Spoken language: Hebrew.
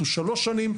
הוא 3 שנים,